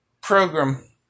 program